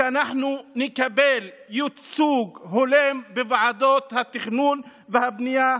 היא שאנחנו נקבל ייצוג הולם בוועדות התכנון והבנייה,